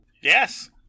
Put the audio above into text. Yes